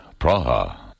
Praha